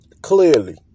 clearly